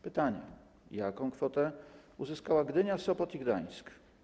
Pytanie: Jaką kwotę uzyskały Gdynia, Sopot i Gdańsk?